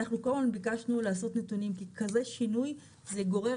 אנחנו ביקשנו לאסוף נתונים כי כזה שינוי זה גורר